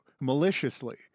maliciously